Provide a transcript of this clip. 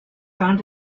found